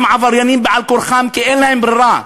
הם עבריינים בעל-כורחם כי אין להם ברירה,